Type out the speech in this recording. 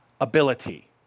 ability